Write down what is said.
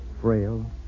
frail